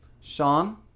Sean